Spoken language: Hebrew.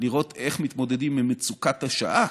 לראות איך מתמודדים עם מצוקת השעה